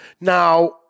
Now